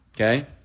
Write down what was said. Okay